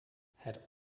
had